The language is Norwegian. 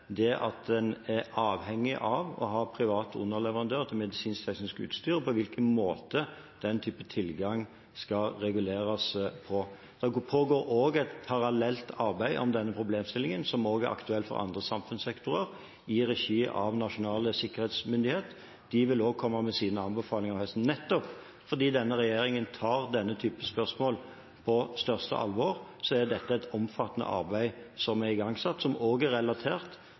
det at en er avhengig av å ha privat underleverandør til medisinsk-teknisk utstyr, og på hvilken måte den typen tilgang skal reguleres. Det pågår også et parallelt arbeid med denne problemstillingen, som også er aktuell for andre samfunnssektorer, i regi av Nasjonal sikkerhetsmyndighet. De vil også komme med sine anbefalinger. Nettopp fordi denne regjeringen tar denne typen spørsmål på største alvor, er det et omfattende arbeid som er igangsatt – som også er relatert